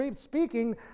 speaking